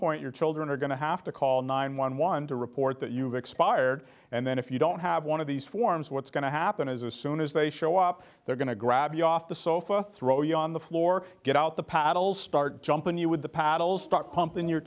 point your children are going to have to call nine one one to report that you've expired and then if you don't have one of these forms what's going to happen is as soon as they show up they're going to grab you off the sofa throw you on the floor get out the paddles start jumping you with the paddles stuck pump in your